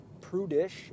prudish